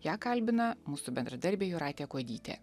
ją kalbina mūsų bendradarbė jūratė kuodytė